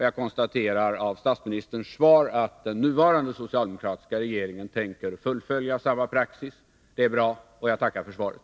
Jag drar av statsministerns svar den slutsatsen att den nuvarande socialdemokratiska regeringen tänker följa samma praxis. Det är bra, och jag tackar för svaret.